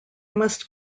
must